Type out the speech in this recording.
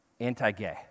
anti-gay